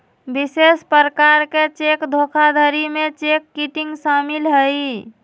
विशेष प्रकार के चेक धोखाधड़ी में चेक किटिंग शामिल हइ